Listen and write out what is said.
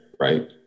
Right